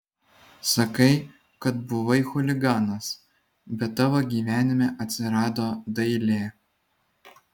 sakai kad buvai chuliganas bet tavo gyvenime atsirado dailė